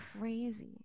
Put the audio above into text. crazy